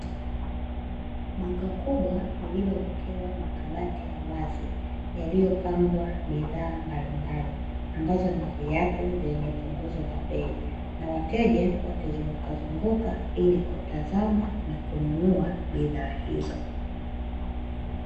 Duka kubwa lililowekewa makabati ya wazi yaliyopangwa bidhaa mbalimbali ambazo ni viatu vyenye punguzo la bei na wateja wakizungukazunguka ili kutazama na kununua bidhaa hizo.